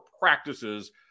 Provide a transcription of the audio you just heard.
practices